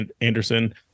Anderson